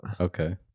Okay